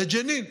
לג'נין.